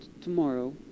tomorrow